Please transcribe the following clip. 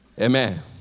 Amen